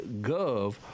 gov